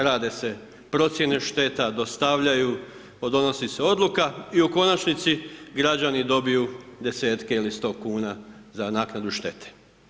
Rade se procjene šteta, dostavljaju, donosi se odluka i u konačnici građani dobiju desetke ili 100 kuna za naknadu štete.